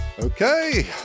Okay